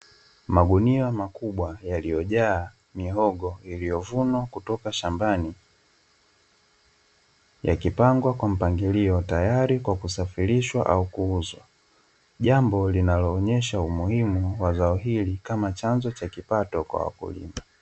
Magunia makubwa yaliyojaa mihogo iliyovunwa kutoka shambani, yakipangwa kwa mpangilio tayari kwa kusafirishwa au kuuzwa, jambo linaloonyesha umuhimu wa zao hili kama chanzo cha kipato kwa wakulima.